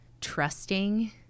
trusting